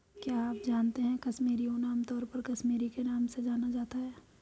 क्या आप जानते है कश्मीरी ऊन, आमतौर पर कश्मीरी के नाम से जाना जाता है?